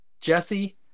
Jesse